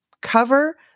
Cover